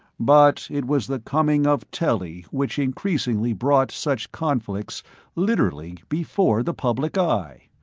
but it was the coming of telly which increasingly brought such conflicts literally before the public eye.